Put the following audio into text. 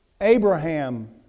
Abraham